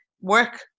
work